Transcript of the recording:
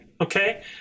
Okay